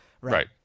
right